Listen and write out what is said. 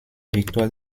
victoire